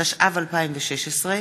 התשע"ו 2016,